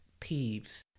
peeves